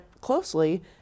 closely